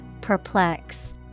Perplex